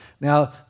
Now